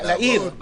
לעיר.